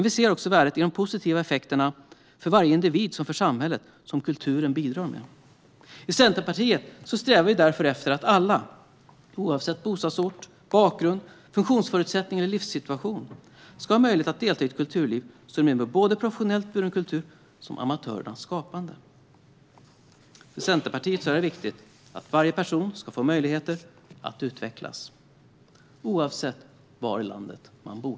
Vi ser också värdet i de positiva effekter, för varje individ och för samhället, som kulturen bidrar med. I Centerpartiet strävar vi därför efter att alla oavsett bostadsort, bakgrund, funktionsförutsättning eller livssituation ska ha möjlighet att delta i ett kulturliv som rymmer både professionellt buren kultur och amatörers skapande. För Centerpartiet är det viktigt att alla ska få möjlighet att utvecklas oavsett var i landet man bor.